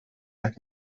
jak